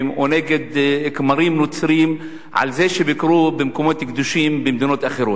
או נגד כמרים נוצרים על זה שביקרו במקומות קדושים במדינות אחרות.